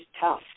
tough